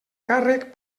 càrrec